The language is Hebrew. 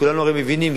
כולנו הרי מבינים.